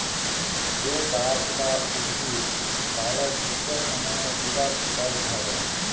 যে গাহাচ বা উদ্ভিদ বারের দুট সময়ে দুবার ফল ধ্যরে